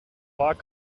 vaak